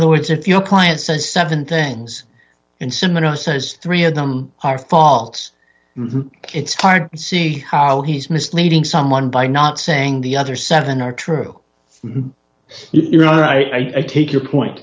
other words if your client says seven things and seminar says three of them are false it's hard to see how he's misleading someone by not saying the other seven are true you know i take your point